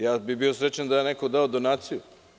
Ja bi bio srećan da je neko dao donaciju.